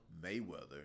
Mayweather